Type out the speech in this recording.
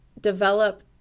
develop